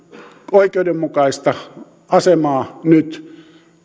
oikeudenmukaista asemaa nyt